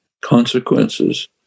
consequences